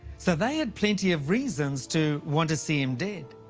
so they had plenty of reasons to want to see him dead.